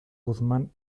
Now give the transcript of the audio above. guzmán